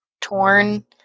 torn